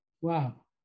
Wow